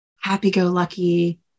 happy-go-lucky